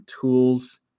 tools